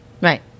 Right